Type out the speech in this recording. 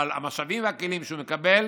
אבל המשאבים והכלים שהוא מקבל